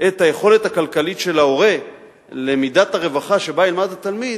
את היכולת הכלכלית של ההורה למידת הרווחה שבה ילמד התלמיד,